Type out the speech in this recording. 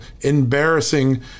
embarrassing